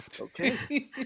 okay